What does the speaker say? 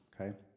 okay